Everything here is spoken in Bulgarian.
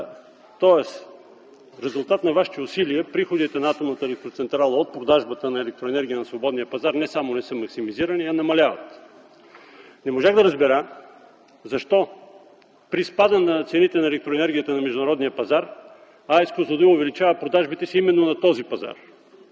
тоест в резултат на вашите усилия приходите на атомната електроцентрала от продажбата на електроенергия на свободния пазар не само не са максимизирани, а намаляват. Не можах да разбера защо при спада на цените на електроенергията на международния пазар АЕЦ „Козлодуй” увеличава продажбите си именно на този пазар?